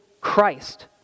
Christ